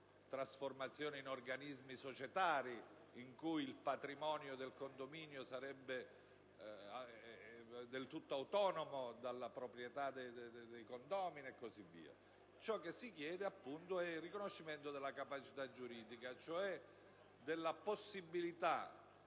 trasformazione in organismi societari in cui il patrimonio del condominio sarebbe del tutto autonomo dalla proprietà dei condomini, con quel che segue. Ciò che si chiede è appunto il riconoscimento della capacità giuridica, cioè della possibilità